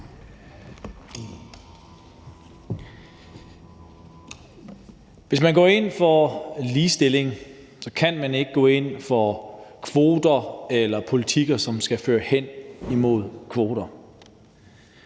Hvis man går ind for ligestilling, kan man ikke gå ind for kvoter eller politikker, som skal føre hen imod kvoter,